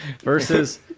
Versus